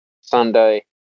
Sunday